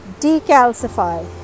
decalcify